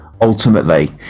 ultimately